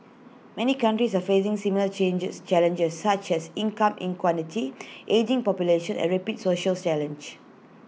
many countries are facing similar changes challenges such as income inequality ageing population and rapid social challenge